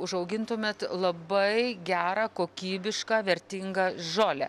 užaugintumėt labai gerą kokybišką vertingą žolę